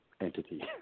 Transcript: entity